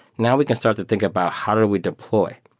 now we can start to think about how do we deploy?